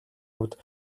хувьд